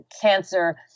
cancer